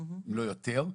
אם לא יותר.